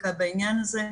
בדיקה בעניין הזה.